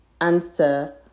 answer